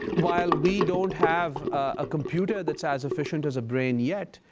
while we don't have a computer that's as efficient as a brain yet,